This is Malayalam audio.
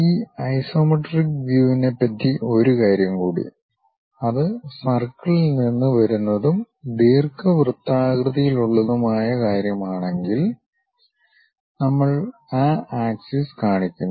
ഈ ഐസോമെട്രിക് വ്യൂവിനെ പറ്റി ഒരു കാര്യം കൂടി അത് സർക്കിളിൽ നിന്ന് വരുന്നതും ദീർഘവൃത്താകൃതിയിലുള്ളതുമായ കാര്യമാണെങ്കിൽ നമ്മൾ ആ അക്ഷം കാണിക്കുന്നു